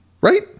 Right